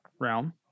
realm